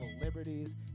Liberties